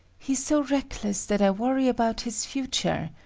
he's so reckless that i worry about his future,